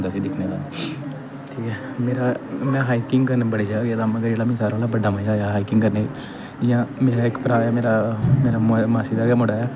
मेरा में हाइकिंग करन बड़ी जगहा गेदा मगर जेह्ड़ा सारें कोला बड़ा मजा आया हा हाइकिंग करने दा मेरा इक भ्राऽ ऐ मेरी मासी दा गै मुड़ा ऐ ओह् ऐ आर्मी च ठीक ऐ